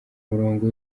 murongo